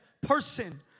person